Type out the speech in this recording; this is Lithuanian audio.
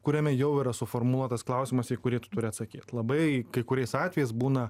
kuriame jau yra suformuotas klausimas į kurį tu turi atsakyt labai kai kuriais atvejais būna